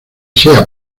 sea